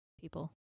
people